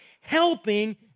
helping